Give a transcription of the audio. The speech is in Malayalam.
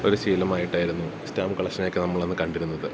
ഒര് ശീലമായിട്ടായിരുന്നു സ്റ്റാമ്പ് കളഷനെ ഒക്കെ നമ്മളന്ന് കണ്ടിരുന്നത്